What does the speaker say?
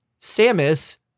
Samus